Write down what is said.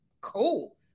cool